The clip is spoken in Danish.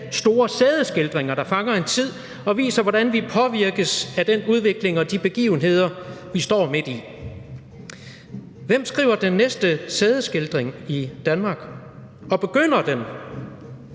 store sædeskildringer, der fanger en tid og viser, hvordan vi påvirkes af den udvikling og de begivenheder, vi står midt i. Hvem skriver den næste sædeskildring i Danmark – og begynder den